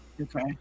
Okay